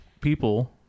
people